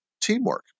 teamwork